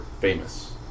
famous